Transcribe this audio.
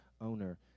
owner